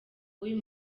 w’uyu